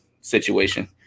situation